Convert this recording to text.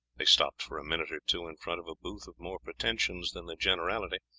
they stopped for a minute or two in front of a booth of more pretensions than the generality.